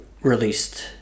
released